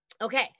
Okay